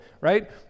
right